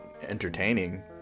entertaining